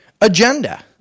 agenda